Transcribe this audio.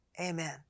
Amen